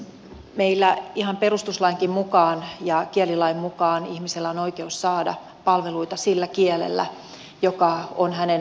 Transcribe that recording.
meillä ihan perustuslainkin mukaan ja kielilain mukaan ihmisellä on oikeus saada palveluita sillä kielellä joka on hänen äidinkielensä